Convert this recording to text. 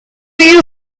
you